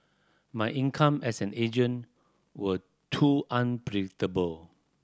my income as an agent was too unpredictable